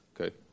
Okay